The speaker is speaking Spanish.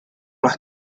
las